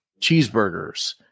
cheeseburgers